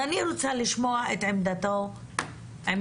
אני רוצה לשמוע את עמדת המשרד.